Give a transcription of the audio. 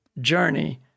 journey